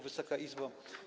Wysoka Izbo!